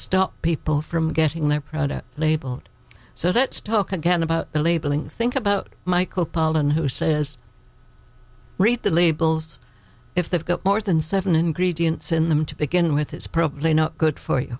stop people from getting their product labeled so let's talk again about the labeling think about michael pollan who says read the labels if they've got more than seven ingredients in them to begin with it's probably not good for you